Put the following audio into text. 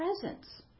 presence